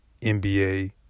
NBA